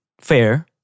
Fair